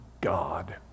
God